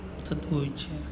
થતું હોય છે